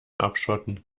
abschotten